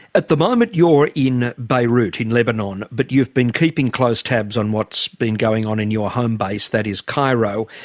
at the moment you're in beirut in lebanon. but you've been keeping close tabs on what's been going on in your home base, that is cairo,